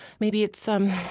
maybe it's um